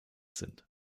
sind